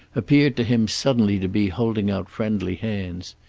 appeared to him suddenly to be holding out friendly hands.